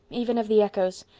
even of the echoes.